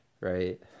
right